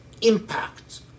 impact